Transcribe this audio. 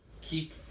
keep